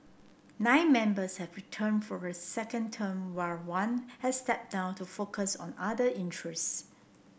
nine members have returned for a second term while one has stepped down to focus on other interests